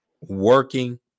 working